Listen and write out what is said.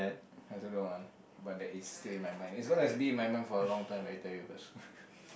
I also don't want but that is still in my mind it's going to be in my mind for a long time I tell you first